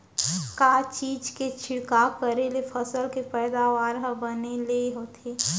का चीज के छिड़काव करें ले फसल के पैदावार ह बने ले होथे?